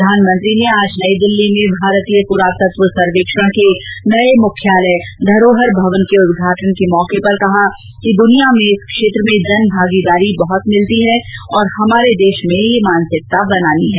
प्रधानमंत्री ने आज नई दिल्ली में भारतीय पुरातत्व सर्वेक्षण के नए मुख्यालय धरोहरभवन के उदघाटन के मौके पर कि दुनिया में इस क्षेत्र में जन भागीदारी बहत मिलती है और हमारे देश में यह मानसिकता बनानी है